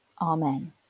Amen